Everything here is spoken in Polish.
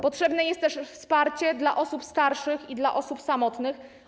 Potrzebne jest też wsparcie dla osób starszych i dla osób samotnych.